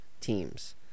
teams